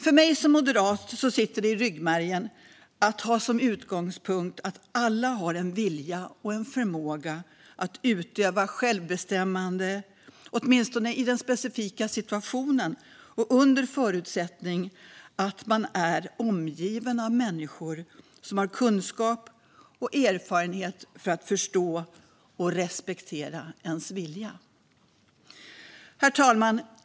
För mig som moderat sitter det i ryggmärgen att ha som utgångspunkt att alla har en vilja och en förmåga att utöva självbestämmande, åtminstone i den specifika situationen och under förutsättning att man är omgiven av människor som har den kunskap och erfarenhet som krävs för att förstå och respektera ens vilja. Herr talman!